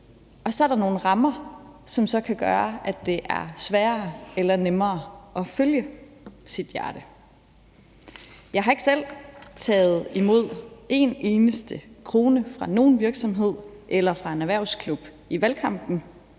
og så er der nogle rammer, som så kan gøre, at det er sværere eller nemmere at følge sit hjerte. Jeg har ikke selv taget imod en eneste krone fra nogen virksomhed eller fra en erhvervsklub i valgkampen,